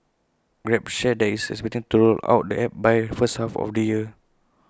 grab shared that IT is expecting to roll out the app by first half of the year